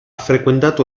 frequentato